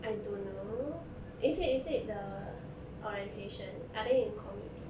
I don't know is it is it the orientation are they in committee